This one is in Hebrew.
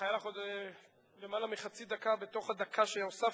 היה לך עוד למעלה מחצי דקה בתוך הדקה שהוספתי